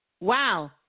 Wow